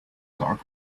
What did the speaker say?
dark